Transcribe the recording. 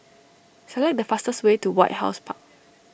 select the fastest way to White House Park